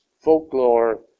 folklore